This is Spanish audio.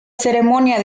ceremonia